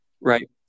right